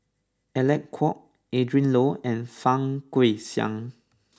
Alec Kuok Adrin Loi and Fang Guixiang